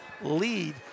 lead